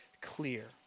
clear